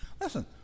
listen